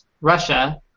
Russia